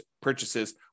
purchases